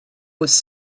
was